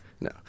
no